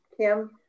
kim